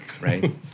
right